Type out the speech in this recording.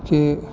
के